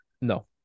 No